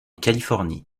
californie